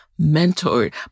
mentored